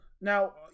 now